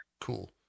cool